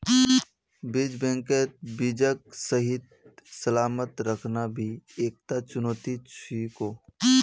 बीज बैंकत बीजक सही सलामत रखना भी एकता चुनौती छिको